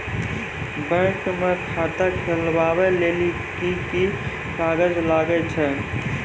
Bank म खाता खोलवाय लेली की की कागज लागै छै?